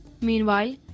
Meanwhile